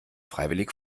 freiwillig